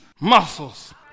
muscles